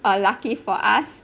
err lucky for us